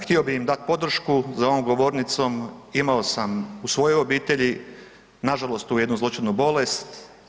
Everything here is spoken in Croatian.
Htio bi im dati podršku za ovom govornicom, imao sam u svojoj obitelji nažalost tu jednu zloćudnu bolest.